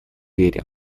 верим